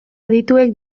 adituek